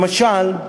למשל,